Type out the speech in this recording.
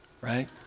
right